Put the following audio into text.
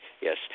Yes